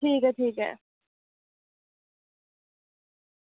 ठीक ऐ ठीक ऐ